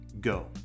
go